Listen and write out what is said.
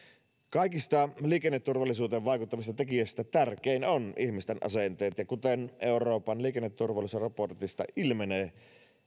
kaikista liikenneturvallisuuteen vaikuttavista tekijöistä tärkein on ihmisten asenteet ja kuten euroopan liikenneturvallisuusraportista ilmenee